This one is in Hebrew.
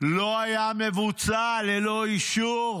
לא היה מבוצע ללא אישור